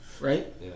right